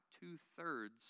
two-thirds